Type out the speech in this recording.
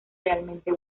realmente